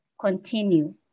continue